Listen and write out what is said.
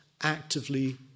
actively